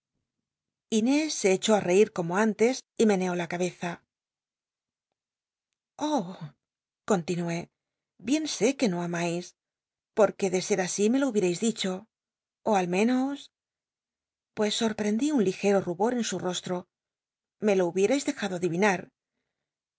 se echó á reir como antes y meneó la cabeza oh con tinué bien sé que no amais porque de ser así me lo hubierais dicho ó al menos pues soi'pi'endi un ligero rubor en su rostro me lo hubierais dejado adivinar